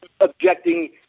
objecting